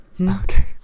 Okay